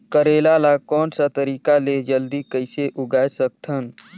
करेला ला कोन सा तरीका ले जल्दी कइसे उगाय सकथन?